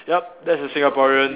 yup that's a Singaporean